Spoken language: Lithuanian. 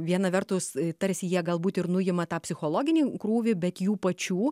viena vertus tarsi jie galbūt ir nuima tą psichologinį krūvį bet jų pačių